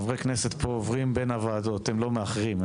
חברי הכנסת פה עוברים בין הוועדות, הם לא מאחרים.